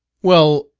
well,